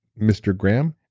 mr. graham?